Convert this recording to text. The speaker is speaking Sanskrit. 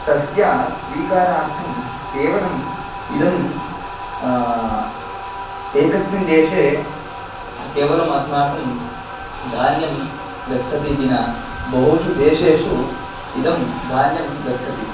तस्य स्वीकारार्थं केवलम् इदम् एकस्मिन् देशे केवलम् अस्माकं धान्यं गच्छति इति न बहुषु देशेषु इदं धान्यं गच्छति